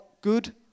Good